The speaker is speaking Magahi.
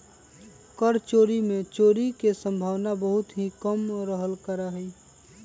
कर चोरी में चोरी के सम्भावना बहुत ही कम रहल करा हई